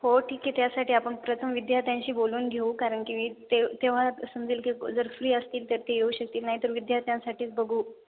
हो ठीक आहे त्यासाठी आपण प्रथम विद्यार्थ्यांशी बोलून घेऊ कारण की मी ते तेव्हा समजेल की जर फ्री असतील तर ते येऊ शकतील नाहीत तर विद्यार्थ्यांसाठीच बघू